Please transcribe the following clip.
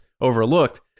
overlooked